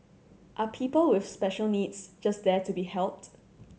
are people with special needs just there to be helped